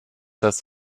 das